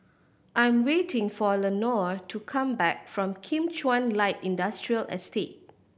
I'm waiting for Lenore to come back from Kim Chuan Light Industrial Estate